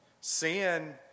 Sin